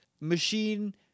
machine